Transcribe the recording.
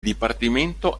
dipartimento